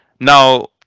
now